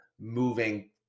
moving